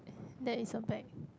that is a bag